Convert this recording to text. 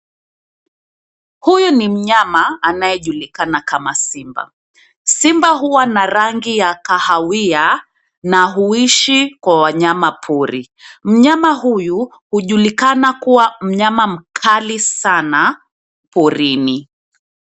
Huyu ni mnyama anayejulikana kama simba. Simba huwa na rangi ya kahawia na huishi kwa wanyama pori. Mnyama huyu hujulikana kuwa mnyama mkali sana porini.